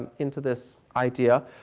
into this idea.